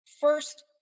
first